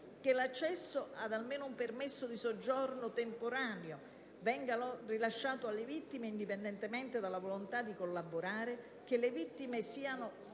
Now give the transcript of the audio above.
che l'accesso ad almeno un permesso di soggiorno temporaneo venga rilasciato alle vittime indipendentemente dalla loro volontà di collaborare, che le vittime siano